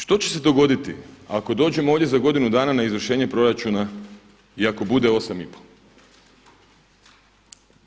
Što će se dogoditi ako dođemo ovdje za godinu dana na izvršenje proračuna i ako bude 8,5?